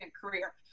career